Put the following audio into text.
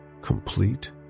complete